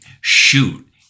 Shoot